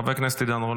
חבר הכנסת עידן רול,